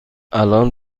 الآن